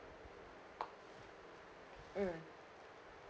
mm